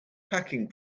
packing